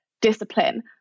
discipline